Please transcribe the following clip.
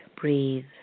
Breathe